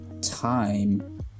time